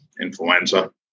influenza